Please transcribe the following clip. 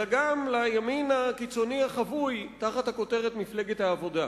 אלא גם לימין הקיצוני החבוי תחת הכותרת "מפלגת העבודה".